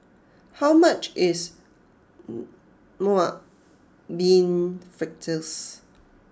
how much is Mung Bean Fritters